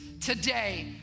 today